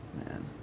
Man